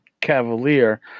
Cavalier